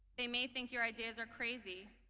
they may think your ideas are crazy,